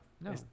No